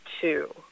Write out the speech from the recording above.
two